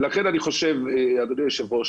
לכן אני חושב אדוני היושב ראש